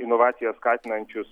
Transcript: inovacijas skatinančius